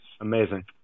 Amazing